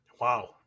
Wow